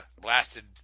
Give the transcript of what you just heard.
blasted